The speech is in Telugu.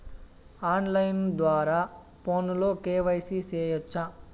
ఆన్ లైను ద్వారా ఫోనులో కె.వై.సి సేయొచ్చా